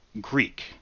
Greek